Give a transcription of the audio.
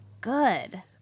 good